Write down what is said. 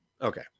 Okay